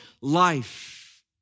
life